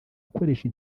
akoresha